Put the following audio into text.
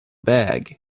bag